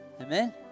amen